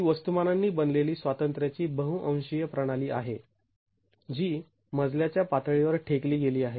ती वस्तूमानांनी बनलेली स्वातंत्र्याची बहु अंशीय प्रणाली आहे जी मजल्या च्या पातळीवर ठेकली गेली आहे